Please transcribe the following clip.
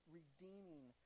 redeeming